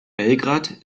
belgrad